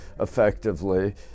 effectively